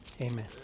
amen